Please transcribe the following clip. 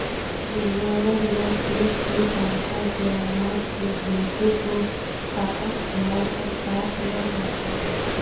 winnower या सूप की सहायता से अनाज के भूसे को फटक झाड़ कर साफ किया जाता है